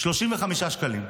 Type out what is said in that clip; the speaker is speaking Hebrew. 35 שקלים.